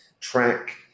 track